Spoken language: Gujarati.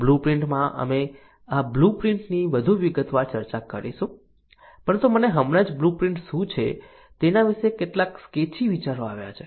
બ્લુપ્રિન્ટમાં અમે આ બ્લુપ્રિન્ટની વધુ વિગતવાર ચર્ચા કરીશું પરંતુ મને હમણાં જ બ્લુપ્રિન્ટ શું છે તેના વિશે કેટલાક સ્કેચી વિચારો આવ્યા છે